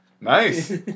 Nice